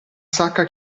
sacca